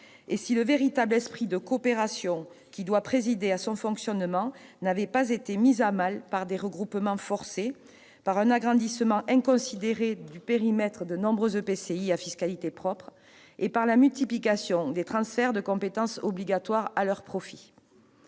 et si le véritable esprit de coopération qui doit présider à ce fonctionnement n'avait pas été mis à mal par des regroupements forcés, par un agrandissement inconsidéré du périmètre de nombreux EPCI à fiscalité propre et par la multiplication des transferts de compétences obligatoires à leur profit.